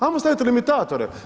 Ajmo staviti limitatore.